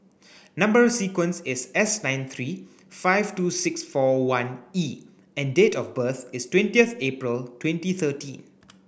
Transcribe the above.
number sequence is S nine three five two six four one E and date of birth is twentieth April twenty thirteen